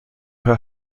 her